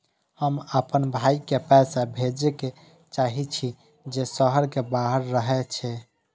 हम आपन भाई के पैसा भेजे के चाहि छी जे शहर के बाहर रहे छै